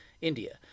india